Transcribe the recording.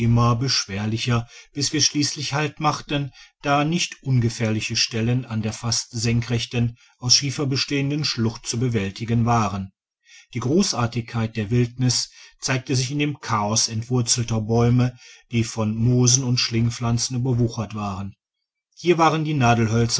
beschwerlicher bis wir schliesslich halt machten da nicht ungefährliche stellen an der fast senkrechten aus schiefer bestehenden schlucht zu bewältigen waren die grossartigkeit der wildniss zeigte sich in dem chaos entwurzelter bäume die von moosen und schlingpflanzen überwuchert waren hier waren die